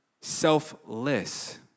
selfless